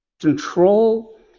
control